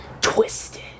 Twisted